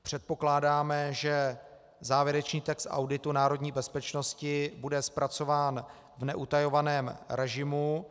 Předpokládáme, že závěrečný text auditu národní bezpečnosti bude zpracován v neutajovaném režimu.